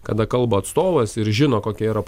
kada kalba atstovas ir žino kokia yra